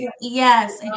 Yes